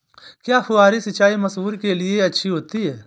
क्या फुहारी सिंचाई मसूर के लिए अच्छी होती है?